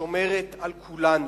שומרת על כולנו,